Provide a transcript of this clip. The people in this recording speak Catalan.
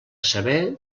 saber